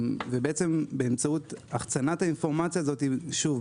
באמצעות החצנת האינפורמציה הזו שוב,